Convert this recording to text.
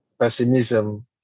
pessimism